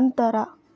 ಅಂತಾರ್